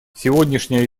сегодняшняя